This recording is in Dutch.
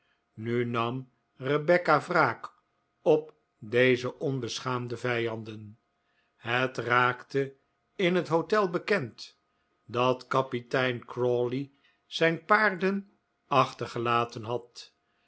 nu nam rebecca wraak op deze onbeschaamde vijanden het raakte in het hotel bekend dat kapitein crawley zijn paarden achtergelaten had